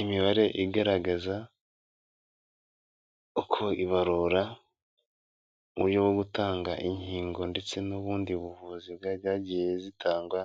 Imibare igaragaza, uko ibarura, mu buryo bwo gutanga inkingo, ndetse n'ubundi buvuzi bwagiye zitangwa,